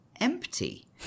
empty